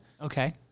Okay